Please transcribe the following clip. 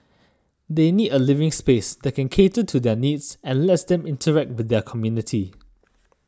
they need a living space that can cater to their needs and lets them interact with their community